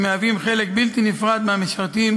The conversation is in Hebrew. והם מהווים חלק בלתי נפרד מהמשרתים,